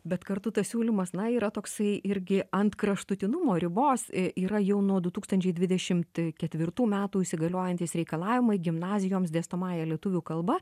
bet kartu tas siūlymas na yra toksai irgi ant kraštutinumo ribos yra jau nuo du tūkstančiai dvidešimt ketvirtų metų įsigaliojantys reikalavimai gimnazijoms dėstomąja lietuvių kalba